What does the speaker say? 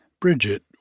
Bridget